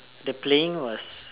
the playing was